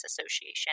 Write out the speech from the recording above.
Association